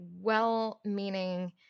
well-meaning